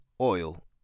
oil